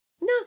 No